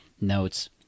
notes